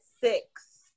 six